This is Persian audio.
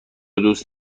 دوست